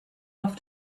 off